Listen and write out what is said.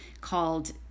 called